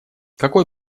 какой